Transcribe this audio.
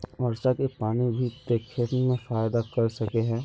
वर्षा के पानी भी ते खेत में फायदा कर सके है?